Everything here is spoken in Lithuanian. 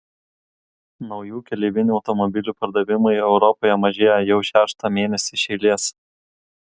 naujų keleivinių automobilių pardavimai europoje mažėja jau šeštą mėnesį ši eilės